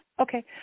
Okay